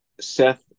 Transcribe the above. Seth